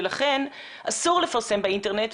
ולכן אסור לפרסם באינטרנט.